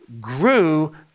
grew